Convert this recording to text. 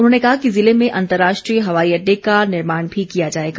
उन्होंने कहा कि जिले में अंतर्राष्ट्रीय हवाई अड़डे का निर्माण भी किया जाएगा